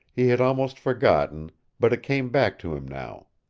he had almost forgotten but it came back to him now.